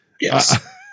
Yes